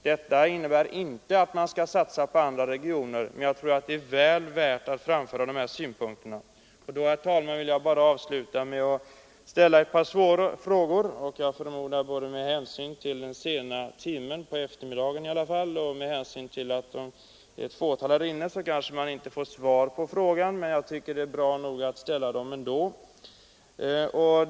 Detta innebär inte att man inte skall satsa på andra regioner, men jag tror att det är väl värt att framföra dessa synpunkter. Herr talman! Jag vill avslutningsvis ställa ett par frågor. Både med hänsyn till den sena timmen på eftermiddagen och med hänsyn till att det är ett fåtal ledamöter närvarande i kammaren kommer jag kanske inte att få svar på frågorna, men jag tror att det ändå är befogat att ställa dem.